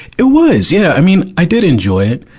it was. yeah. i mean, i did enjoy it.